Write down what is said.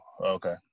Okay